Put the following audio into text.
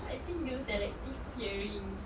I think you selective hearing